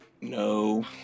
no